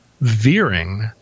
veering